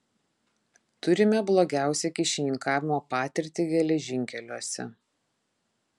turime blogiausią kyšininkavimo patirtį geležinkeliuose